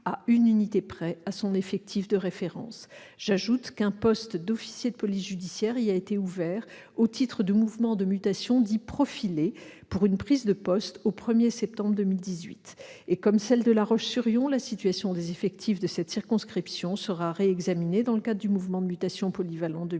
à une unité près, à son effectif de référence. J'ajoute qu'un poste d'officier de police judiciaire y a été ouvert au titre du mouvement de mutation dit « profilé » pour une prise de poste au 1 septembre 2018. Comme pour La Roche-sur-Yon, la situation des effectifs de cette circonscription sera réexaminée dans le cadre du mouvement de mutation polyvalent 2018.